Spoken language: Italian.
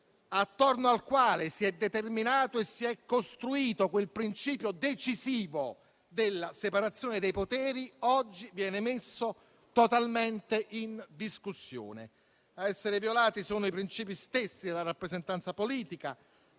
attorno al quale si è determinato e si è costruito il principio decisivo della separazione dei poteri, oggi viene messo totalmente in discussione. Ad essere violati sono i princìpi stessi della rappresentanza politica,